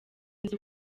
nzu